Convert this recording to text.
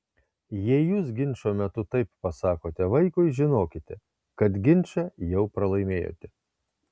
jei jūs ginčo metu taip pasakote vaikui žinokite kad ginčą jau pralaimėjote